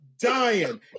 dying